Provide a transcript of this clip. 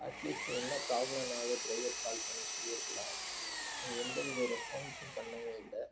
at least என்ன ப்ராப்லோன்னாவது driver call பண்ணி சொல்லி இருக்கலாம் எந்த வித ரெஸ்பான்ஸும் பண்ணவே இல்லை